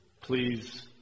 please